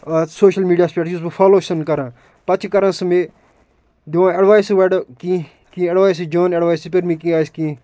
اتھ سوشَل میٖڈیاہَس پٮ۪ٹھ یُس بہٕ فالَو چھُسَن کران پتہٕ چھِ کران سُہ مےٚ دِوان اٮ۪ڈوایسہٕ گۄڈٕ کیٚنہہ کیٚنہہ اٮ۪ڈوایسہٕ جان اٮ۪ڈوایسہٕ کیٚنہہ آسہِ کیٚنہہ